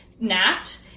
napped